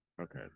Okay